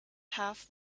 half